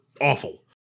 awful